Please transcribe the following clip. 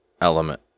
element